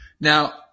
Now